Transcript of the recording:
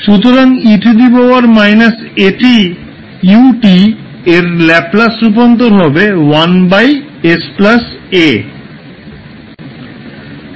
সুতরাং 𝑒−𝑎𝑡𝑢𝑡এর ল্যাপলাস রূপান্তর হবে 1 𝑠 𝑎